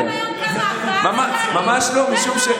שאתם היום גם, ממש לא, משום,